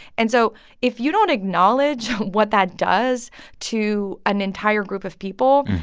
and so if you don't acknowledge what that does to an entire group of people,